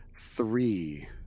Three